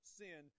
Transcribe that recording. sin